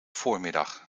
voormiddag